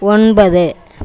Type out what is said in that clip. ஒன்பது